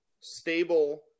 stable